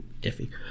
iffy